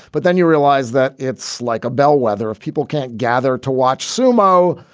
but then you realize that it's like a bellwether if people can't gather to watch sumo.